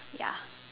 ya